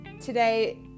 today